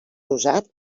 usat